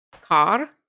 car